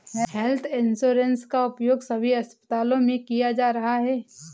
health insurance का उपयोग सभी अस्पतालों में किया जा रहा है